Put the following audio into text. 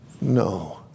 No